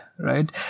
Right